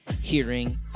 hearing